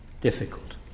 difficult